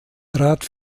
trat